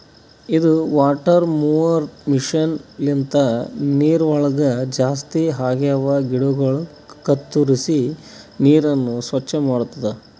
ಇದು water mower machine ಲಿಂತ ನೀರವಳಗ್ ಜಾಸ್ತಿ ಆಗಿವ ಗಿಡಗೊಳ ಕತ್ತುರಿಸಿ ನೀರನ್ನ ಸ್ವಚ್ಚ ಮಾಡ್ತುದ